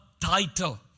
title